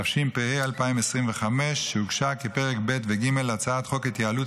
התשפ"ה 2025. שהוגשה כפרק ב' וג' להצעת חוק ההתייעלות